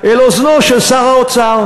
אל אוזנו של שר האוצר,